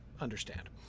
understand